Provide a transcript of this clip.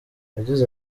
yagize